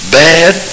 bad